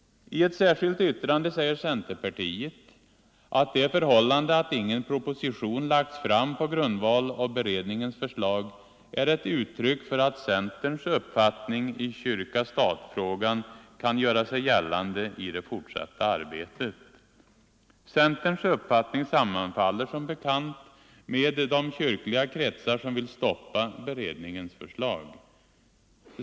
I ett särskilt yttrande säger centerpartiet att det förhållandet att ingen proposition lagts fram på grundval av beredningens förslag är ett uttryck för att centerns uppfattning i kyrka-stat-frågan kan göra sig gällande i det fortsatta arbetet. Centerns uppfattning sammanfaller som bekant med uppfattningen hos de kyrkliga kretsar som vill stoppa beredningens förslag.